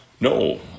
No